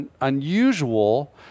unusual